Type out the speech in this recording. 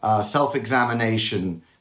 self-examination